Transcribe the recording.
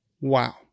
wow